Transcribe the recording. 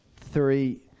three